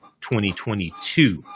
2022